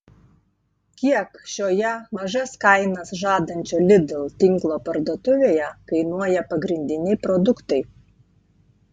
kiek šioje mažas kainas žadančio lidl tinklo parduotuvėje kainuoja pagrindiniai produktai